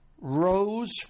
rose